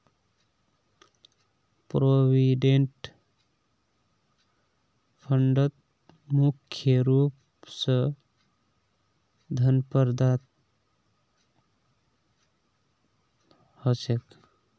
provident फंडत मुख्य रूप स धन प्रदत्त ह छेक